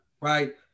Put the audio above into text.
right